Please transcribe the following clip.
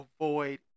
avoid